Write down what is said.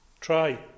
try